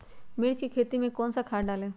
मिर्च की खेती में कौन सा खाद डालें?